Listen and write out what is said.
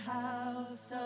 house